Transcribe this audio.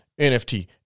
NFT